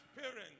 parents